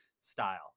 style